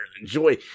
enjoy